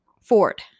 Ford